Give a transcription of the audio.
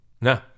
No